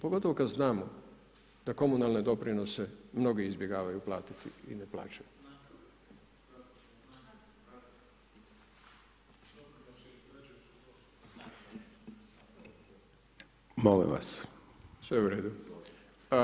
Pogotovo kada znamo da komunalne doprinose mnogi izbjegavaju platiti i ne plaćaju [[Upadica: Molim vas.]] Sve u redu.